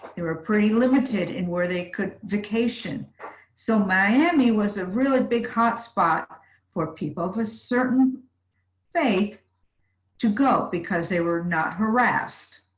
they were pretty limited in where they could vacation so miami was a really big hotspot for people with certain faith to go because they were not harassed.